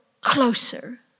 closer